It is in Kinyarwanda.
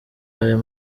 ayo